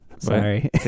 Sorry